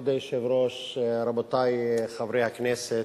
כבוד היושב-ראש, רבותי חברי הכנסת,